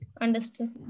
Understood